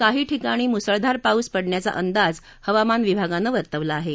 काही ठिकाणी मुसळधार पाऊस पडण्याचा अंदाज हवामान विभागानं वर्तवला आहा